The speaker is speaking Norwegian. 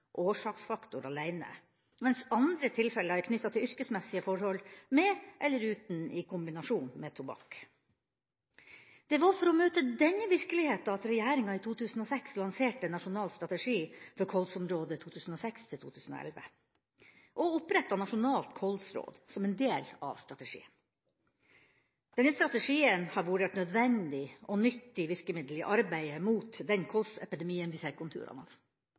årsaksfaktor alene mens andre tilfeller er knyttet til yrkesmessige forhold – i eller uten kombinasjon med tobakk. Det var for å møte denne virkeligheta at regjeringa i 2006 lanserte Nasjonal strategi for KOLS-området 2006–2011 og opprettet Nasjonalt KOLS-råd som en del av strategien. Denne strategien har vært et nødvendig og nyttig virkemiddel i arbeidet mot den kolsepidemien vi ser konturene av.